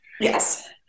yes